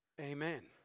Amen